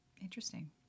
Interesting